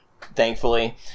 thankfully